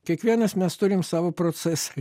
kiekvienas mes turim savo procesą